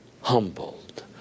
humbled